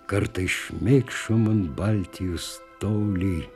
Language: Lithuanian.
kartais šmėkšo man baltijus toli